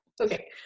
Okay